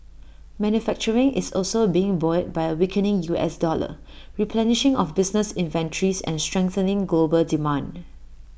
manufacturing is also being buoyed by A weakening U S dollar replenishing of business inventories and strengthening global demand